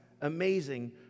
amazing